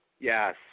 Yes